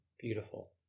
beautiful